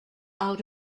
out